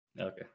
Okay